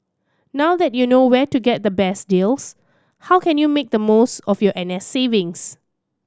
now that you know where to get the best deals how can you make the most of your N S savings